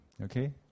okay